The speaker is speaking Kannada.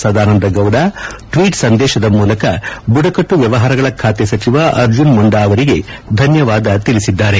ಸದಾನಂದಗೌಡ ಟ್ವೀಟ್ ಸಂದೇತದ ಮೂಲಕ ಬುಡಕಟ್ಟು ವ್ಚವಹಾರಗಳ ಖಾತೆ ಸಚಿವ ಅರ್ಜುನ್ ಮುಂಡ ಅವರಿಗೆ ಧನ್ಯವಾದ ತಿಳಿಸಿದ್ದಾರೆ